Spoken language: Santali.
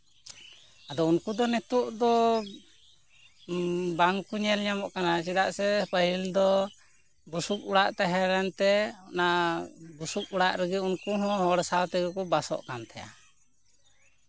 ᱟᱫᱚ ᱩᱱᱠᱩ ᱫᱚ ᱱᱤᱛᱳᱜ ᱫᱚ ᱩᱸᱻ ᱵᱟᱝᱠᱚ ᱧᱮᱞ ᱧᱟᱢᱚᱜ ᱠᱟᱱᱟ ᱪᱮᱫᱟᱜ ᱥᱮ ᱯᱟᱹᱦᱤᱞ ᱫᱚ ᱵᱩᱥᱩᱵ ᱚᱲᱟᱜ ᱛᱟᱦᱮᱸᱞᱮᱱᱛᱮ ᱚᱱᱟ ᱵᱩᱥᱩᱵ ᱚᱲᱟᱜ ᱨᱮᱜᱮ ᱩᱱᱠᱩ ᱦᱚᱸ ᱦᱚᱲ ᱥᱟᱶᱛᱮᱜᱮ ᱠᱚ ᱵᱟᱥᱚᱜ ᱠᱟᱱ ᱛᱟᱦᱮᱸᱫᱼᱟ